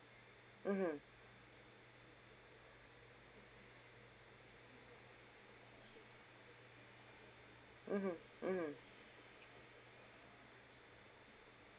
mmhmm mmhmm mmhmm